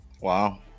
Wow